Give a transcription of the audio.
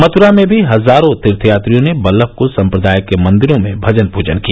मथुरा में भी हजारों तीर्थयात्रियों ने बल्लभकुल सम्प्रदाय के मंदिरों में भजन पूजन किया